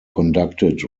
conducted